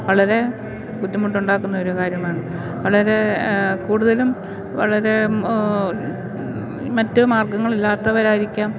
വളരെ ബുദ്ധിമുട്ടുണ്ടാക്കുന്ന ഒരു കാര്യമാണ് വളരേ കൂടുതലും വളരെ മറ്റു മാർഗ്ഗങ്ങൾ ഇല്ലാത്തവരായിരിക്കാം